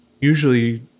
usually